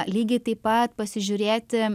lygiai taip pat pasižiūrėti